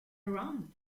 around